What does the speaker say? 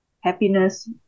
happiness